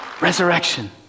Resurrection